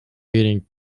beating